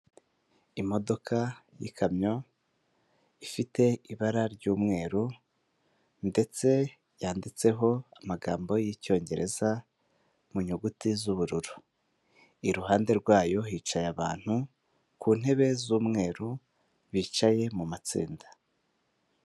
Imodoka y'ikamyo ifite ibara ry'umweru ndetse yanditseho amagambo y'icyongereza mu nyuguti z'ubururu, iruhande rwayo hicaye abantu ku ntebe z'umweru bicaye mu matsinda.